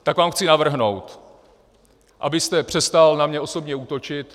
Tak vám chci navrhnout, abyste přestal na mě osobně útočit.